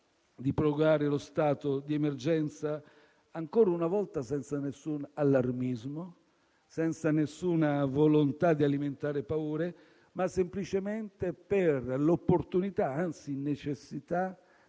di prorogare lo stato di emergenza, ancora una volta senza nessun allarmismo, senza nessuna volontà di alimentare paure, ma semplicemente per l'opportunità, anzi, la necessità